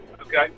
okay